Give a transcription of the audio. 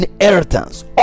inheritance